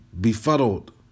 befuddled